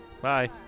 Bye